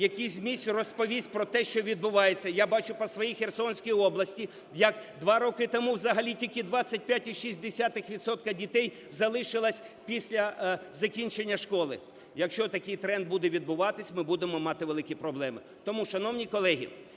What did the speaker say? які з місць розповість про те, що відбувається. Я бачу по своїй Херсонській області, як два роки тому взагалі тільки 25,6 відсотка дітей залишились після закінчення школи. Якщо такий тренд буде відбуватися, ми будемо мати великі проблеми. Тому, шановні колеги,